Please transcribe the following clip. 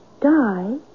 die